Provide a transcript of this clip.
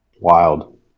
wild